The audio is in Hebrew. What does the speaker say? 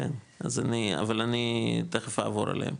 אבל אני תיכף אעבור עליהם.